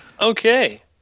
Okay